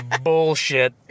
bullshit